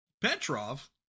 Petrov